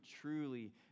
truly